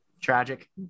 Tragic